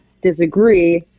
disagree